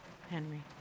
Henry